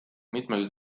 mitmel